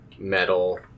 Metal